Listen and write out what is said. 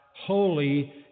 holy